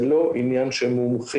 זה לא עניין של מומחים,